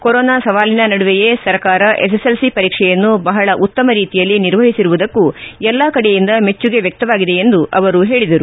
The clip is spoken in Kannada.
ಕರೋನಾ ಸವಾಲಿನ ನಡುವೆಯೇ ಸರ್ಕಾರ ಎಸ್ಎಸ್ಎಲ್ಸಿ ಪರೀಕ್ಷೆಯನ್ನು ಬಹಳ ಉತ್ತಮ ರೀತಿಯಲ್ಲಿ ನಿರ್ವಹಿಸಿರುವುದಕ್ಕೂ ಎಲ್ಲಾ ಕಡೆಯಿಂದ ಮೆಚ್ಚುಗೆ ವ್ಹಕ್ತವಾಗಿದೆ ಎಂದು ಅವರು ಹೇಳಿದರು